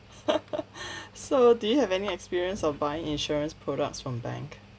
so do you have any experience of buying insurance products from bank